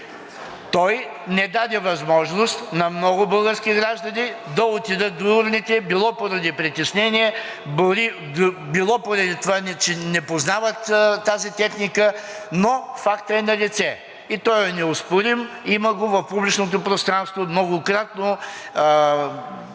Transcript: Той не даде възможност на много български граждани да отидат до урните, било поради притеснение, било поради това, че не познават тази техника, но фактът е налице и той е неоспорим, има го в публичното пространство. Многократно